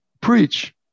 preach